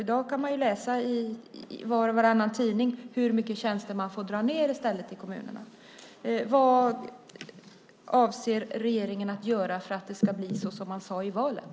I dag kan man läsa i var och varannan tidning hur mycket tjänster man får dra in i kommunerna i stället. Vad avser regeringen att göra för att det ska bli så som man sade i valet?